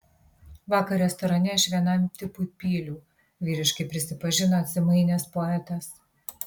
vakar restorane aš vienam tipui pyliau vyriškai prisipažino atsimainęs poetas